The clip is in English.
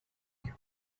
you